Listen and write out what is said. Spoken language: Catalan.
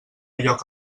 lloc